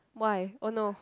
why oh no